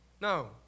No